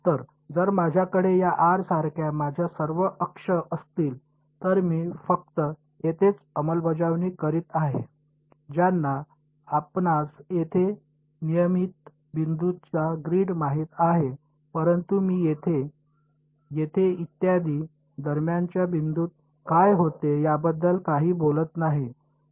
तर जर माझ्याकडे या r सारख्या माझ्या पूर्ण अक्ष असतील तर मी फक्त येथेच अंमलबजावणी करीत आहे ज्यांना आपणास येथे नियमित बिंदूंचा ग्रीड माहित आहे परंतु मी येथे येथे येथे इत्यादी दरम्यानच्या बिंदूत काय होते याबद्दल काही बोलत नाही